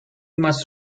must